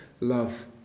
love